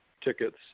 tickets